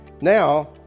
now